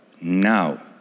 now